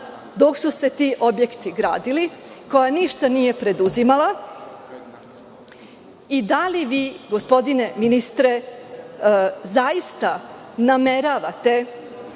dok su se ti objekti gradili, koja ništa nije preduzimala. Da li vi, gospodine ministre, zaista nameravate